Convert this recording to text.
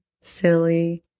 silly